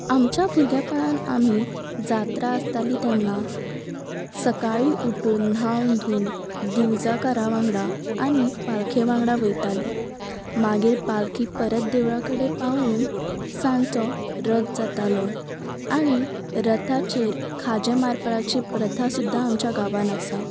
आमच्या भुरगेपणान आमी जात्रा आसताली तेन्ना सकाळीं उठून न्हांवन धूवन दिवजांकारां वांगडा आनी पालखे वांगडा वयतालीं मागीर पालखी परत देवळा कडेन पावून सांजचो रथ जातालो आनी रथाचेर खाजें मारपाची प्रथा सुद्दां आमच्या गांवान आसा